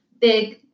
big